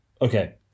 Okay